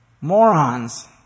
Morons